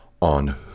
on